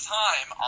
time